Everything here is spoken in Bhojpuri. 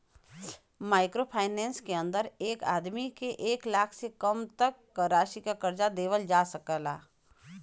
माइक्रो फाइनेंस के अंदर एक आदमी के एक लाख से कम तक क राशि क कर्जा देवल जा सकल जाला